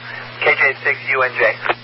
KJ6UNJ